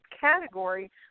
category